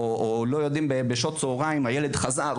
או לא יודעים בשעות צהריים הילד חזר,